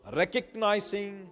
recognizing